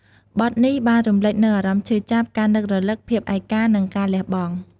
បទនេះបានរំលេចនូវអារម្មណ៍ឈឺចាប់ ការនឹករលឹក ភាពឯកា និងការលះបង់។